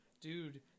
dude